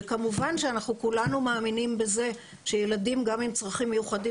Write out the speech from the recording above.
כמובן שכולנו מאמינים בזה שגם ילדים עם צרכים מיוחדים